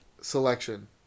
selection